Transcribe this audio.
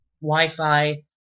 Wi-Fi